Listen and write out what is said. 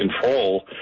control